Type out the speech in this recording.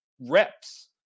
reps